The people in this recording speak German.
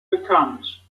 bekannt